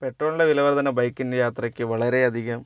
പെട്രോളിൻ്റെ വിലവർധന ബൈക്കിൻ്റെ യാത്രക്ക് വളരെയധികം